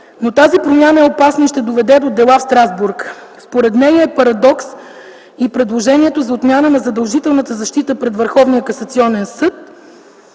но тази промяна е опасна и ще доведе до дела в Страсбург. Според нея е парадокс и предложението за отмяна на задължителната защита пред